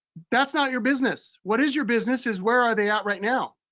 that's not your business. what is your business is where are they at right now?